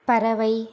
பறவை